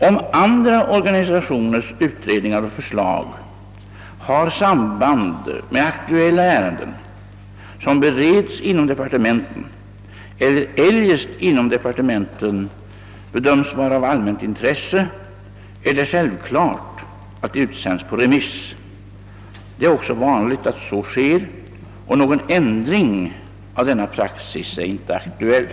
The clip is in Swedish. Om andra organisationers utredningar och förslag har samband med aktuella ärenden, som bereds inom departementen eller eljest inom departementen bedöms vara av allmänt intresse, är det självklart att de utsänds på remiss. Det är också vanligt att så sker, och någon ändring av denna praxis är inte aktuell.